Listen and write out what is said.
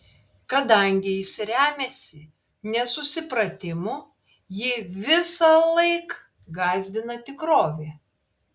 kadangi jis remiasi nesusipratimu jį visąlaik gąsdina tikrovė